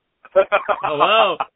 Hello